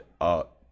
up